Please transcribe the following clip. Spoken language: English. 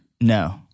No